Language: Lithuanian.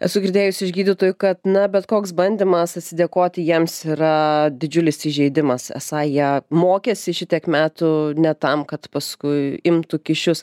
esu girdėjusi iš gydytojų kad na bet koks bandymas atsidėkoti jiems yra didžiulis įžeidimas esą jie mokėsi šitiek metų ne tam kad paskui imtų kyšius